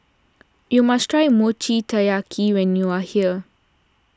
you must try Mochi Taiyaki when you are here